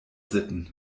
sitten